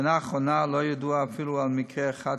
בשנה האחרונה לא ידוע אפילו על מקרה אחד